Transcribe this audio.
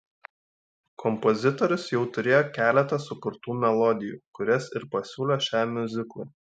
kompozitorius jau turėjo keletą sukurtų melodijų kurias ir pasiūlė šiam miuziklui